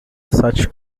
such